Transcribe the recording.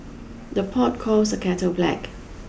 the pot calls the kettle black